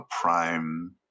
prime